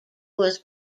was